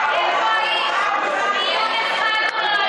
ובכן,